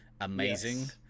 amazing